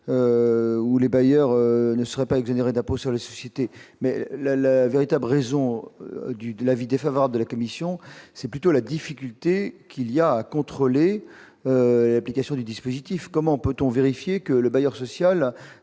où les bailleurs. Ne serait pas exonérés d'impôt sur les sociétés, mais la, la, véritables raisons du, de l'avis défavorable de la commission, c'est plutôt la difficulté qu'il y a contre les applications du dispositif, comment peut-on vérifier que le bailleur social